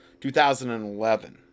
2011